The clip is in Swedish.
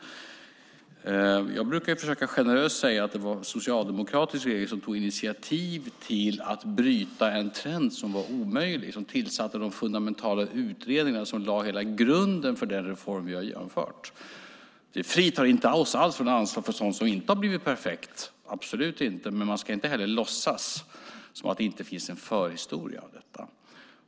Jag brukar generöst försöka säga att det var en socialdemokratisk regering som tog initiativ till att bryta en trend som var omöjlig och som tillsatte de fundamentala utredningar som lade hela grunden för den reform som vi har genomfört. Det fritar inte alls oss från ansvar för sådant som inte har blivit perfekt - absolut inte - men man ska inte heller låtsas som att det inte finns en förhistoria till detta.